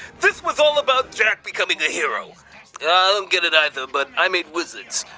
this was all about jack becoming a hero. ah, i don't get it either, but i made wizards.